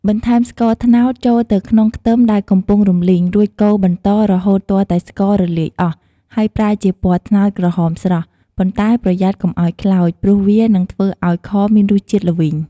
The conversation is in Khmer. បន្ថែមស្ករត្នោតចូលទៅក្នុងខ្ទឹមដែលកំពុងរំលីង រួចកូរបន្តរហូតទាល់តែស្កររលាយអស់ ហើយប្រែជាពណ៌ត្នោតក្រហមស្រស់ ប៉ុន្តែ ប្រយ័ត្នកុំឱ្យខ្លោច ព្រោះវានឹងធ្វើឱ្យខមានរសជាតិល្វីង។